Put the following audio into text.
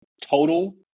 total